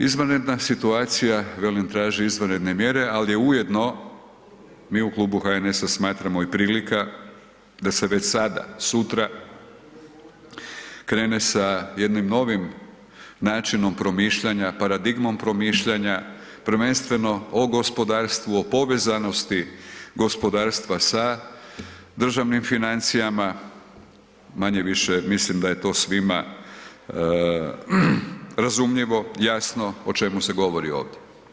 Izvanredna situacija, velim, traži izvanredne mjere, al je ujedno, mi u Klubu HNS-a smatramo, i prilika da se već sada, sutra krene sa jednim novim načinom promišljanja, paradigmom promišljanja, prvenstveno o gospodarstvu, o povezanosti gospodarstva sa državnim financijama, manje-više mislim da je to svima razumljivo, jasno o čemu se govori ovdje.